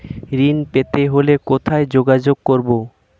ঋণ পেতে হলে কোথায় যোগাযোগ করব?